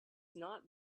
not